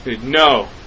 No